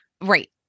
Right